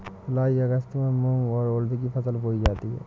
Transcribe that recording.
जूलाई अगस्त में मूंग और उर्द की फसल बोई जाती है